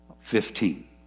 Fifteen